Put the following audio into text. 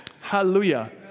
Hallelujah